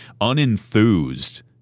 unenthused